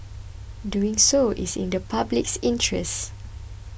doing so is in the public interest